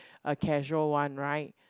a casual one right